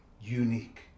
unique